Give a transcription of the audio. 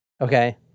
okay